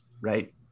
right